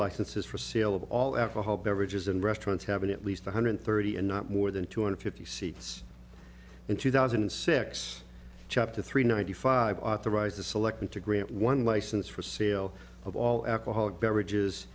licenses for sale of all ever held beverages in restaurants having at least one hundred thirty and not more than two hundred fifty seats in two thousand and six chapter three ninety five authorized the selection to grant one license for sale of all alcoholic beverages